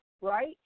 right